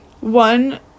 one